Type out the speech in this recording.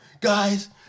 Guys